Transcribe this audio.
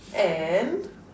and